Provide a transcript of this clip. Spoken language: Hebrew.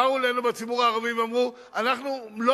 באו אלינו בציבור הערבי ואמרו: אנחנו לא